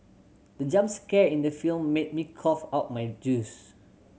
the jump scare in the film made me cough out my juice